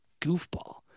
goofball